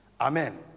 Amen